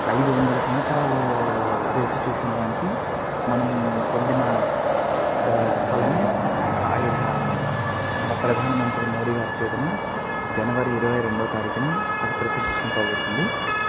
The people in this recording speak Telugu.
ఐదు వందల సంవత్సరాలు వేచి చూసిన దానికి మనం పొందిన ఫలమే అయోధ్య రామ మందిరం మన ప్రధాన మంత్రి మోడీ గారి చేత జనవరి ఇరవై రెండవ తారీఖున అది ప్రతిష్టింపబడబోతోంది